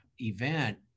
event